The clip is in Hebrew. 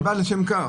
אני בא לשם כך.